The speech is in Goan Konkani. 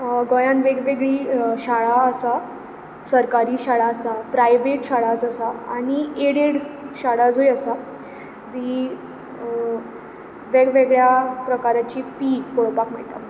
गोयांत वेगवेगळी शाळा आसा सरकारी शाळा आसा प्रायवेट शाळाज आसा आनी एडेड शाळाजय आसा तीं वेगवेगळ्या प्रकाराची फी पळोवपाक मेळटा